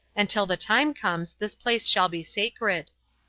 and till the time comes this place shall be sacred.